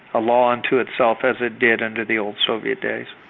a law unto itself, as it did under the old soviet days.